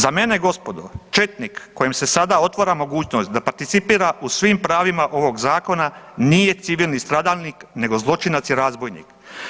Za mene gospodo četnik kojem se sada otvara mogućnost da participira i svim pravima ovog zakona nije civilni stradalnik nego zločinac i razbojnik.